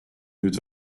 nüüd